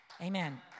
Amen